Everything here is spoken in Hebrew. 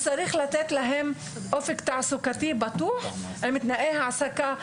צריך לתת להם אופק תעסוקתי בטוח עם תנאי העסקה.